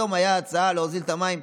היום הייתה הצעה להוזיל את המים,